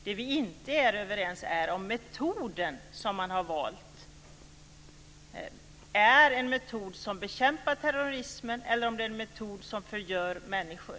Det vi inte är överens om är om ifall metoden man har valt är en metod som bekämpar terrorism eller om ifall det är en metod som förgör människor.